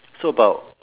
so about